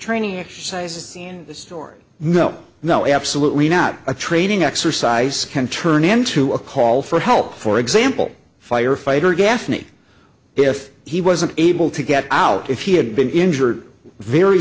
training exercise is stored no no absolutely not a training exercise can turn into a call for help for example firefighter gaffney if he wasn't able to get out if he had been injured very